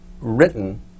written